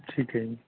ਠੀਕ ਹੈ ਜੀ